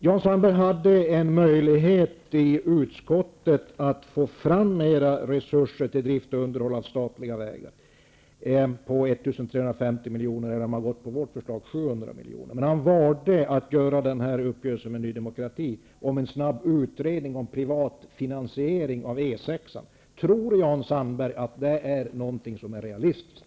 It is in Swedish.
Jan Sandberg hade i utskottet en möjlighet att få fram mera resurser till drift och underhåll av statliga vägar -- 1 350 miljoner eller, om han hade gått på vårt förslag, 700 miljoner -- men han valde att göra upp med Ny demokrati om en snabb utredning om privat finansiering av E6:an. Tror Jan Sandberg att det är någonting som är realistiskt?